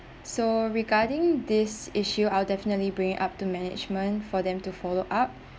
so regarding this issue I'll definitely bring it up to management for them to follow up